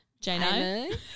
Jane